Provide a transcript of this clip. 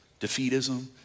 defeatism